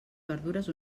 verdures